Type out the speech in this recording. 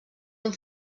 amb